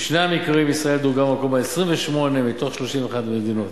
בשני המקרים ישראל דורגה במקום ה-28 מתוך 31 מדינות.